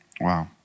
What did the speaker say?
Wow